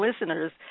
listeners